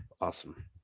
Awesome